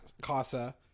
Casa